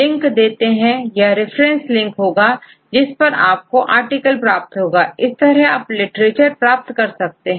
link देते हैं यह रिफरेंस लिंक होगा जिस पर आपको आर्टिकल प्राप्त होगा इस तरह आप लिटरेचर प्राप्त कर सकते हैं